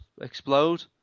explode